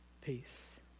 Peace